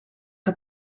que